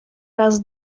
raz